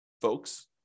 folks